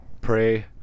pray